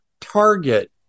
target